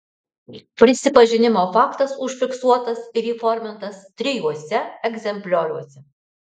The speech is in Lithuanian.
prisipažinimo faktas užfiksuotas ir įformintas trijuose egzemplioriuose